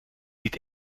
niet